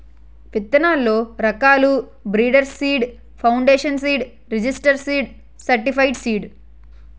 విత్తనాల్లో రకాలు breeder seed, foundation seed, registered seed, certified seed